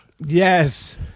Yes